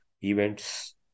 events